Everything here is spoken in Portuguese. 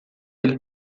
ele